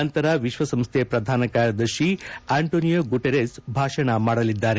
ನಂತರ ವಿಕ್ವಸಂಸ್ಟೆ ಪ್ರಧಾನ ಕಾರ್ಯದರ್ಶಿ ಆಂಟೋನಿಯೋ ಗುಟೆರಸ್ ಭಾಷಣ ಮಾಡಲಿದ್ದಾರೆ